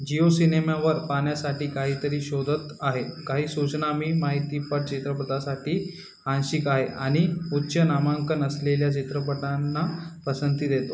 जिओ सिनेम्यावर पाहण्यासाठी काहीतरी शोधत आहे काही सूचना मी माहिती पट चित्रपटासाठी आंशिक आहे आणि उच्च नामांकन असलेल्या चित्रपटांना पसंती देतो